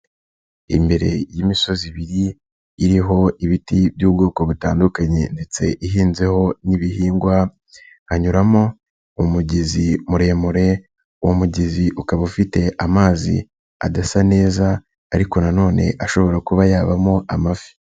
Imbere y'imisozi ibiri iriho ibiti by'ubwoko butandukanye ndetse ihinzeho n'ibihingwa hanyuramo umugezi muremure, uwo mugezi ukaba ufite amazi adasa neza ariko nanone ashobora kuba yabamo amafi.